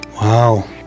Wow